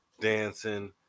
dancing